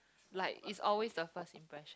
like is always the first impression